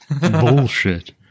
Bullshit